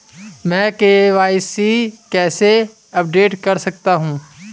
मैं के.वाई.सी कैसे अपडेट कर सकता हूं?